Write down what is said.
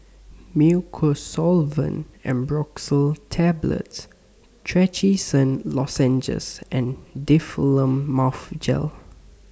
Mucosolvan Ambroxol Tablets Trachisan Lozenges and Difflam Mouth Gel